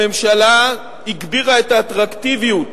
הממשלה הגבירה את האטרקטיביות